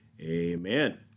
amen